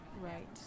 Right